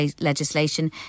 legislation